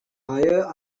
higher